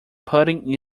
pudding